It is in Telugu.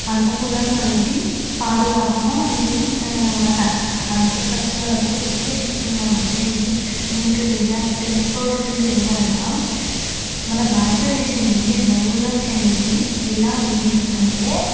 పంట పొలాలు అనేవి పాడుకాకుండా మంచిగా ఉంటాయన్నమాట అంటే ఫస్ట్ మనం ఏం తెలుసుకుందాం అంటే నేను మీతో తెల తెలుసుకోవాల్సింది ఏమనగా మన భారతదేశం ఇండియన్ బయోగ్రఫీ అనేది ఎలా ఉంది అంటే